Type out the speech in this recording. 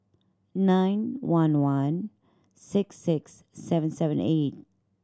nine one one six six seven seven eight